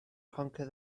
conquer